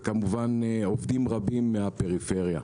וכמובן עובדים רבים מהפריפריה.